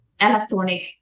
electronic